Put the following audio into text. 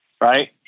right